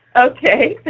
okay.